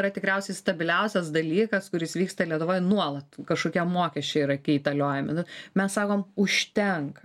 yra tikriausiai stabiliausias dalykas kuris vyksta lietuvoje nuolat kažkokie mokesčiai yra keitaliojami nu mes sakom užtenka